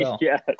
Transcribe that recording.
Yes